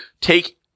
take